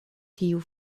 tiu